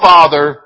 Father